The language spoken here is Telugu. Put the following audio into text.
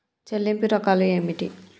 చెల్లింపు రకాలు ఏమిటి?